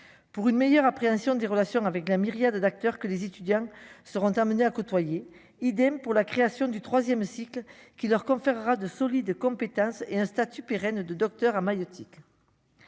pour une meilleure appréhension des relations avec la myriade d'acteurs que les étudiants seront terminées à côtoyer, idem pour la création du 3ème cycle qui leur conférera de solides compétences et un statut pérenne de Docteur à magnétique.